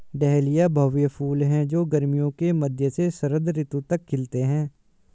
dahlia भव्य फूल हैं जो गर्मियों के मध्य से शरद ऋतु तक खिलते हैं